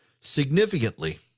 significantly